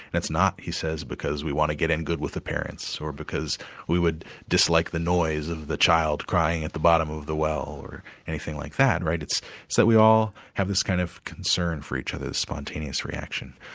that's not, he says because we want to get in good with the parents, or because we would dislike the noise of the child crying at the bottom of the well, or anything like that. it's that so we all have this kind of concern for each other's spontaneous reaction.